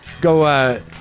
go